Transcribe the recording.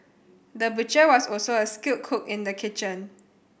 the butcher was also a skilled cook in the kitchen